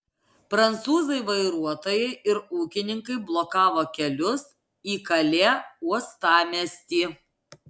prancūzai vairuotojai ir ūkininkai blokavo kelius į kalė uostamiestį